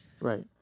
Right